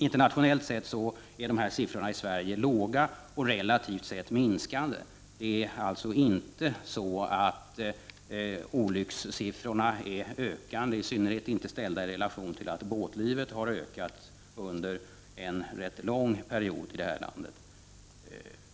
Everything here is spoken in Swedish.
Internationellt sett är siffrorna i Sverige låga och relativt sett minskande. Det är alltså inte så att olyckssiffrorna är ökande, i synnerhet inte ställda i relation till att båtlivet har ökat under en rätt lång period i detta land.